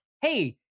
hey